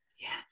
Yes